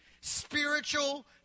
spiritual